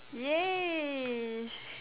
!yay!